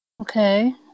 Okay